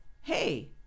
hey